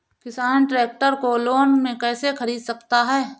किसान ट्रैक्टर को लोन में कैसे ख़रीद सकता है?